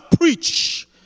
preach